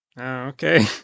okay